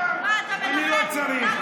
אני לא צריך.